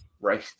right